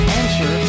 answer